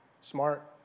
smart